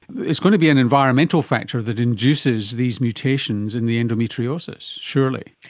it's going to be an environmental factor that induces these mutations in the endometriosis, surely?